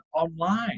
Online